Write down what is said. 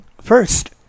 first